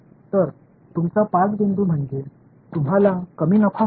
तर तुमचा पास बिंदू म्हणजे तुम्हाला कमी नफा मिळतो